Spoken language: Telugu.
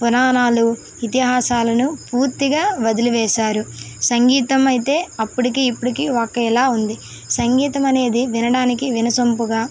పురాణాలు ఇతిహాసాలను పూర్తిగా వదిలివేశారు సంగీతం అయితే అప్పటికి ఇప్పటికి ఒకేలా ఉంది సంగీతం అనేది వినడానికి వినసొంపుగా